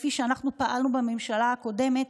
כפי שאנחנו פעלנו בממשלה הקודמת,